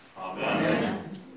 Amen